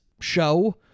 show